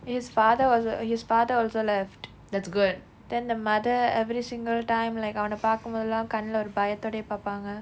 his father was his father also left then the mother every single time like அவனை பார்க்கும் பொழுது எல்லாம் கண்ணில ஒரு பயத்தோடே பார்ப்பாங்க:avanai paarkkum poluthu ellaam kannila oru payathode paarppaanga